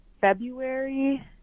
February